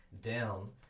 down